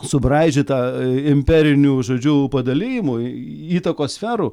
subraižytą imperinių žodžiu padalijimų įtakos sferų